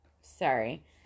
Sorry